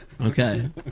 Okay